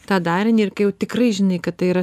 tą darinį ir kai jau tikrai žinai kad tai yra